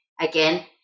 again